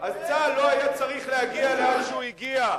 אז צה"ל לא היה צריך להגיע לאן שהוא הגיע.